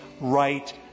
right